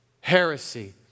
heresy